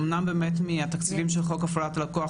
אמנם באמת מהתקציבים של חוק הפללת הלקוח